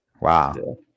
wow